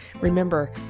Remember